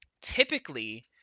typically